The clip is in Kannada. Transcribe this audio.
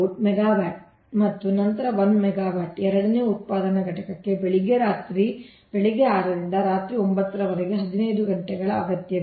5 ಮೆಗಾವ್ಯಾಟ್ ಮತ್ತು ನಂತರ 1 ಮೆಗಾವ್ಯಾಟ್ನ ಎರಡನೇ ಉತ್ಪಾದನಾ ಘಟಕಕ್ಕೆ ಬೆಳಿಗ್ಗೆ 6 ರಿಂದ ರಾತ್ರಿ 9 ರವರೆಗೆ 15 ಗಂಟೆಗಳ ಅಗತ್ಯವಿದೆ